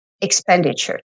expenditure